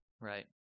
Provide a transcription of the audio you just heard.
Right